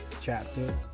Chapter